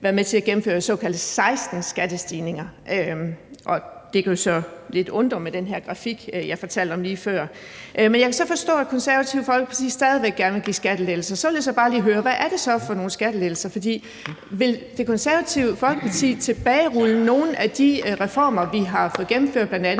været med til at gennemføre 16 skattestigninger, og det kan jo så lidt undre med den der grafik, jeg fortalte om lige før. Men jeg kan så forstå, at Det Konservative Folkeparti stadig væk gerne vil give skattelettelser, og så vil jeg så bare lige høre, hvad det er for nogle skattelettelser. Vil Det Konservative Folkeparti tilbagerulle nogle af de reformer, vi har fået gennemført, f.eks.